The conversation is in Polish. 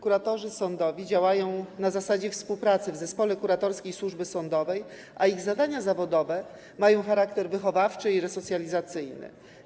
Kuratorzy sądowi działają na zasadzie współpracy w zespole kuratorskiej służby sądowej, a ich zadania zawodowe mają charakter wychowawczy i resocjalizacyjny.